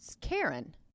Karen